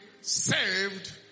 saved